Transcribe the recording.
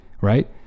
right